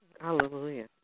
hallelujah